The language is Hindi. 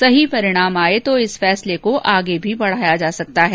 सही परिणाम आए तो इस फैसले को आगे भी बढ़ाया जा सकता है